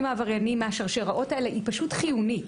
העבריינים מהשרשראות האלה היא פשוט חיונית.